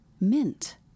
Mint